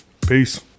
Peace